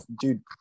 Dude